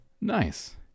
Nice